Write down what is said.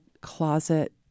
closet